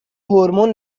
هورمون